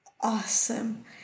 Awesome